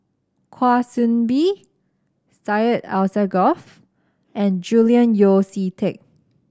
Kwa Soon Bee Syed Alsagoff and Julian Yeo See Teck